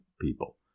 people